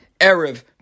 Erev